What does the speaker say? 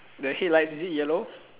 the headlights is it yellow